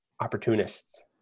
opportunists